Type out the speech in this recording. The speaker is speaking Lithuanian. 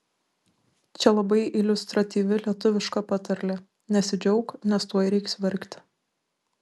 čia labai iliustratyvi lietuviška patarlė nesidžiauk nes tuoj reiks verkti